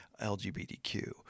LGBTQ